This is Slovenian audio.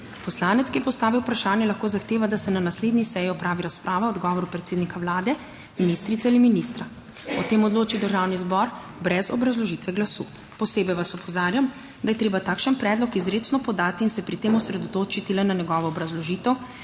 Poslanec, ki je postavil vprašanje, lahko zahteva, da se na naslednji seji opravi razprava o odgovoru predsednika Vlade, ministrice ali ministra. O tem odloči državni zbor brez obrazložitve glasu. Posebej vas opozarjam, da je treba takšen predlog izrecno podati in se pri tem osredotočiti le na njegovo obrazložitev,